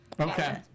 Okay